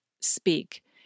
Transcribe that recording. speak